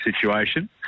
situation